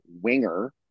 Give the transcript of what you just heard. winger